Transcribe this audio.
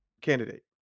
candidate